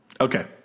Okay